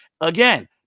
Again